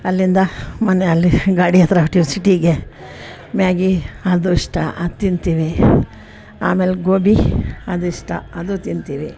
ಅಲ್ಲಿಂದ ಮನೆ ಅಲ್ಲಿ ಗಾಡಿ ಹತ್ರ ಹೋಗ್ತೀವಿ ಸಿಟಿಗೆ ಮ್ಯಾಗಿ ಅದು ಇಷ್ಟ ಅದು ತಿಂತೀವಿ ಆಮೇಲೆ ಗೋಬಿ ಅದಿಷ್ಟ ಅದು ತಿಂತೀವಿ